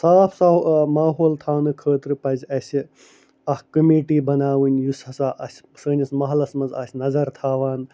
صاف صاف ماحول تھاونہٕ خٲطرٕ پَزِ اَسہِ اکھ کمیٖٹی بَناوٕنۍ یُس ہَسا اَسہِ سٲنِس مَحلَس مَنٛز آسہِ نَظَر تھاوان